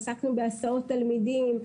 עסקנו בהסעות תלמידים,